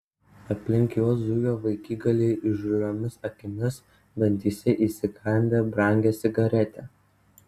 aplink juos zujo vaikigaliai įžūliomis akimis dantyse įsikandę brangią cigaretę